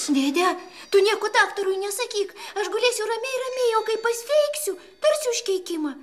dėde tu nieko daktarui nesakyk aš gulėsiu ramiai ramiai o kai pasveiksiu tarsi užkeikimą